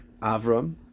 Avram